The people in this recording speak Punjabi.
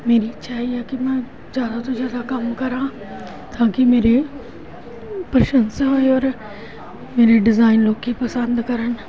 ਮੇਰੀ ਇੱਛਾ ਇਹ ਹੀ ਹੈ ਕਿ ਮੈਂ ਜ਼ਿਆਦਾ ਤੋਂ ਜ਼ਿਆਦਾ ਕੰਮ ਕਰਾਂ ਤਾਂ ਕਿ ਮੇਰੇ ਪ੍ਰਸ਼ੰਸਾ ਹੋਏ ਔਰ ਮੇਰੇ ਡਿਜ਼ਾਇਨ ਲੋਕ ਪਸੰਦ ਕਰਨ